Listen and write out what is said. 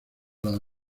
los